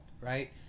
right